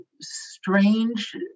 strange